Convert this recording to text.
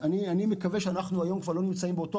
אני מקווה שאנחנו כבר לא נמצאים היום באותו